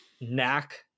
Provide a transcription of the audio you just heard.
knack